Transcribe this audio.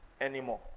anymore